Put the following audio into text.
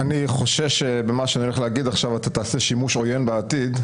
אני חושש שבמה שאני הולך להגיד עכשיו אתה תעשה שימוש עוין בעתיד,